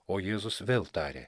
o jėzus vėl tarė